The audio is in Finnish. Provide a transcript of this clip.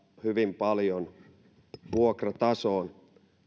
hyvin paljon vuokratasoon